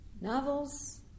Novels